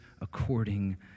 according